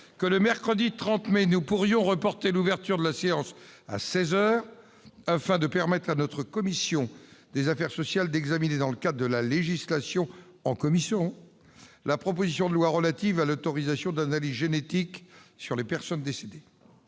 que, le mercredi 30 mai prochain, nous pourrions reporter l'ouverture de la séance à seize heures, afin de permettre à la commission des affaires sociales d'examiner, dans le cadre de la législation en commission, la proposition de loi relative à l'autorisation d'analyses génétiques sur personnes décédées.